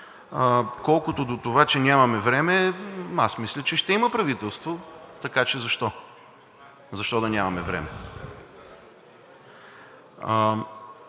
Колкото до това, че нямаме време, аз мисля, че ще има правителство, така че защо, защо да нямаме време?